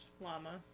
llama